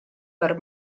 per